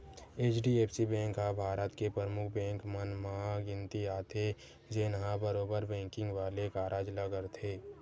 HDFC bank ह भारत के परमुख बेंक मन म गिनती आथे, जेनहा बरोबर बेंकिग वाले कारज ल करथे